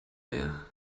mehr